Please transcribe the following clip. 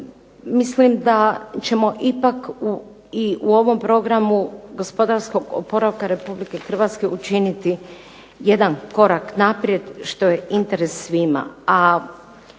mislim da ćemo ipak i u ovom programu gospodarskog oporavka Republike Hrvatske učiniti jedan korak naprijed što je interes svima.